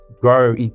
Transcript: grow